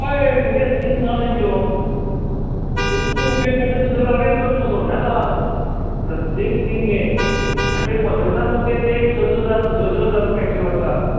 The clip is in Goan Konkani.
हय वेरियस स्कीम आसा तेंच्यो तें तुका उपेग पडटा तसो अवेल करता सोडनाका प्रत्येक स्कीम घे आनी ते पंतप्रधान तुक ते टेक्स स स हजार स स हजार मेळटल्यो वर्साक